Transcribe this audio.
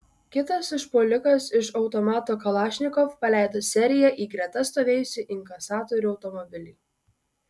kitas užpuolikas iš automato kalašnikov paleido seriją į greta stovėjusį inkasatorių automobilį